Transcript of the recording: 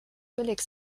billig